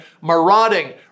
marauding